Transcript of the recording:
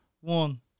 one